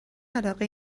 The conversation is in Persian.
علاقه